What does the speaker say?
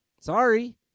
Sorry